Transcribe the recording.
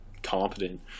Competent